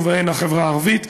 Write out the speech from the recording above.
ובהן החברה הערבית.